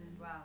Wow